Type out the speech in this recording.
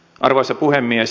arvoisa puhemies